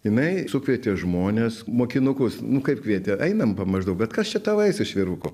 jinai sukvietė žmones mokinukus nu kaip kvietė einam pa maždaug bet kas čia tau eis iš vyrukų